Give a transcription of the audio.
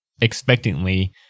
expectantly